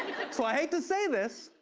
like to say this,